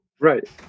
Right